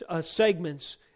segments